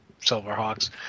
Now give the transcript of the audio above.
Silverhawks